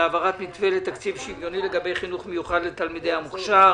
והעברת מתווה לתקציב שוויוני לגני חינוך מיוחד לתלמידי המוכש"ר.